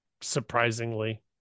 surprisingly